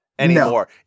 anymore